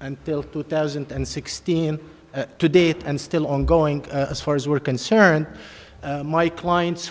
and till two thousand and sixteen to date and still ongoing as far as we're concerned my clients